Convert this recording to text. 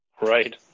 Right